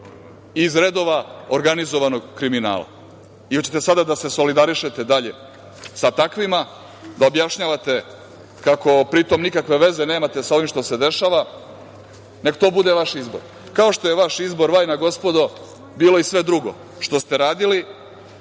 i iz redova organizovanog kriminala. Hoćete sada da se solidarišete dalje sa takvima, da objašnjavate kako pri tom nikakve veze nemate sa ovim što se dešava. Nek to bude vaš izbor, kao što je vaš izbor vajna gospodo bilo i sve drugo što ste radili,